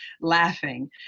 laughing